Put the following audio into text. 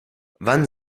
wann